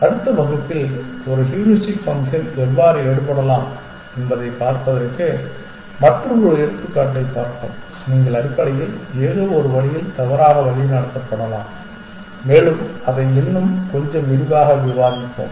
அடுத்த வகுப்பில் ஒரு ஹூரிஸ்டிக் ஃபங்க்ஷன் எவ்வாறு எடுக்கப்படலாம் என்பதைப் பார்ப்பதற்கு மற்றொரு எடுத்துக்காட்டைப் பார்ப்போம் நீங்கள் அடிப்படையில் ஏதோவொரு வழியில் தவறாக வழிநடத்தப்படலாம் மேலும் அதை இன்னும் கொஞ்சம் விரிவாக விவாதிப்போம்